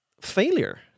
failure